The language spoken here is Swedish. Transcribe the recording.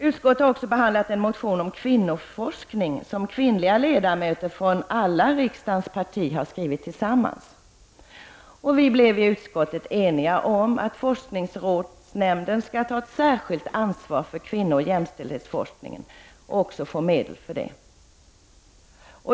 Utskottet har också behandlat en motion om kvinnoforskning, som kvinnliga ledamöter från alla riksdagens partier har skrivit tillsammans. Vi blev i utskottet eniga om att forskningsrådsnämnden skall ta ett särskilt ansvar för kvinnooch jämställdhetsforskningen och också tilldelas medel för det.